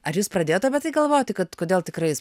ar jūs pradėjot apie tai galvoti kad kodėl tikrai jis